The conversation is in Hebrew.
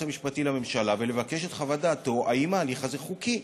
המשפטי לממשלה ולבקש את חוות דעתו אם ההליך הזה חוקי,